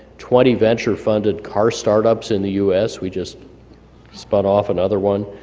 twenty venture funded car start-ups in the u s. we just spun off another one,